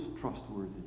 trustworthy